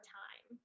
time